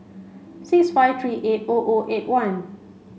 six five three eight O O eight one